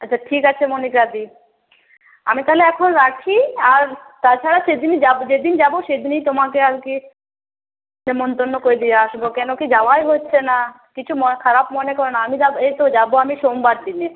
আচ্ছা ঠিক আছে মনিকাদি আমি তাহলে এখন রাখি আর তাছাড়া সেদিনই যাবো যেদিনই যাবো সেদিনই তোমাকে আর কি নেমন্তন্ন করে দিয়ে আসবো কেন কি যাওয়াই হচ্ছে না কিছু মন খারাপ মনে করো না আমি যাব এই তো যাবো আমি সোমবার দিনে